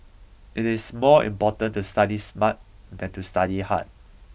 it is more important to study smart than to study hard